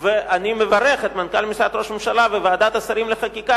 אני מברך את מנכ"ל משרד ראש הממשלה ואת ועדת שרים לחקיקה